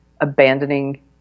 abandoning